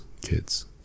kids